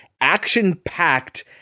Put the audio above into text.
action-packed